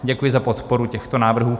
Děkuji za podporu těchto návrhů.